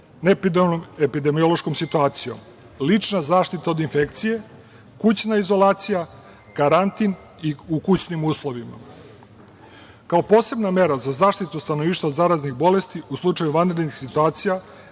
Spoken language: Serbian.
epidemiološkom situacijom, lična zaštita od infekcije, kućna izolacija, karantin u kućnim uslovima; kao posebna mera za zaštitu stanovništva od zaraznih bolesti, u slučaju vanrednih situacija,